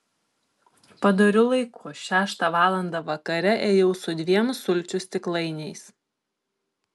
padoriu laiku šeštą valandą vakare ėjau su dviem sulčių stiklainiais